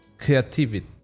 Creativity